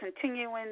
Continuing